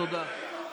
תודה.